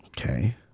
Okay